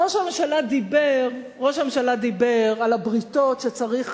ראש הממשלה דיבר על הבריתות שצריך